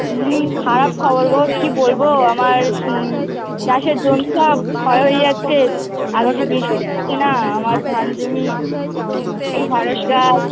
হুম খারাপ খবর গো কী বলবো আমার চাষের জমি সব ক্ষয় হয়ে যাচ্ছে আকাশে বৃষ্টি না আমার ধান জমি ঢ্যাঁড়স গাছ